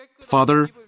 Father